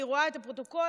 אני רואה את הפרוטוקול,